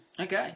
Okay